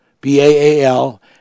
B-A-A-L